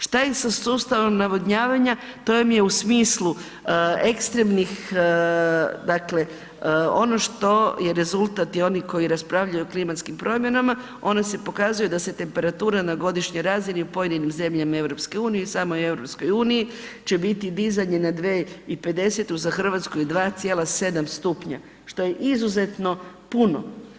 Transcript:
Što se sa sustavom navodnjavanja, to vam je u smislu ekstremnih, dakle ono što je rezultati i oni koji raspravljaju o klimatskim promjenama, ona se pokazuje da se temperatura na godišnjoj razini u pojedinim zemljama EU i samoj EU će biti dizanje na 2050. za Hrvatsku je 2,7 stupnja, što je izuzetno puno.